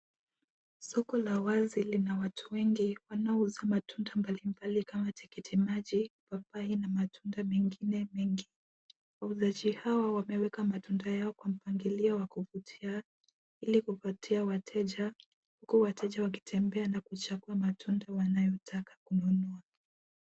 Soko la wazi lina watu wengi wanaouza matunda mbalimbali kama tikiti maji kwa kuwa ina matunda mengine mengi, waujazi hawa wameweka matunda yao wameyapanga matunda yao kwa mpangilio wa kuvutia ilikupatia wateja huku wateja wakitembea wakichagua matunda wanayotaka kununua.